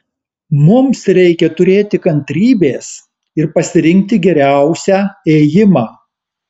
mums reikia turėti kantrybės ir pasirinkti geriausią ėjimą